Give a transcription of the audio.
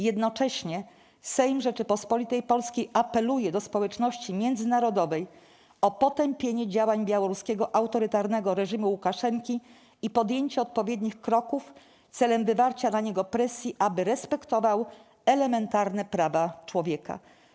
Jednocześnie Sejm Rzeczypospolitej Polskiej apeluje do społeczności międzynarodowej o potępienie działań białoruskiego autorytarnego reżimu Łukaszenki i podjęcie odpowiednich kroków celem wywarcia na niego presji, aby respektował elementarne prawa człowieka”